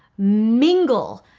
mingle,